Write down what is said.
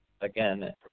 again